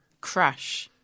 Crash